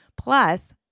plus